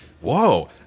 Whoa